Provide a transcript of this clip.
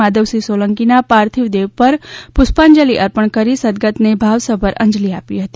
માધવસિંહ સોલંકીના પાર્થિવ દેહ પર પુષ્પાંજલિ અર્પણ કરી સદગતને ભાવસભર અંજલિ આપી હતી